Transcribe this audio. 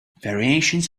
variations